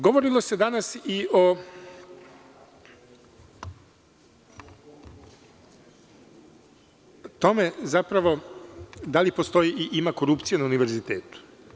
Govorilo se danas i o tome da li postoji i ima korupcije na univerzitetu?